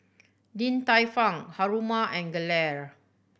Din Tai Fung Haruma and Gelare